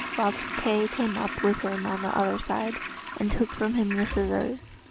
whilst kay came up with him on the other side and took from him the scissors.